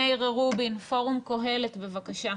מאיר רובין, פורום קהלת, בבקשה.